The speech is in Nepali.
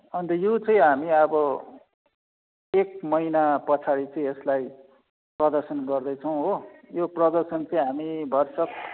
अन्त यो चाहिँ हामी अब एक महिना पछाडि चाहिँ यसलाई प्रदर्शन गर्दैछौँ हो यो प्रदर्शन चाहिँ हामी भरसक